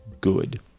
good